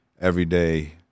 everyday